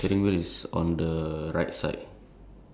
the white is like the body